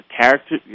character